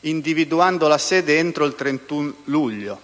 individuando la sede entro il 31 luglio.